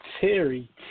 Terry